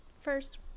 First